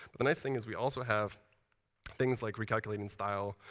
but the nice thing is we also have things like recalculating style,